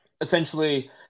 essentially